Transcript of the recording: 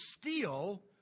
steal